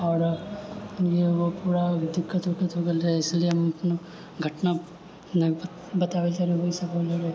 आओर ओ पूरा दिक्कत विक्कत हो गेल रहै इसिलिए हम घटना नहि बताबै चाह रहल छलियै